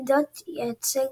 ועם זאת ייצג